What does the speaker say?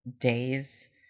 days